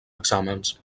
exàmens